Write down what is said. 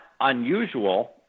unusual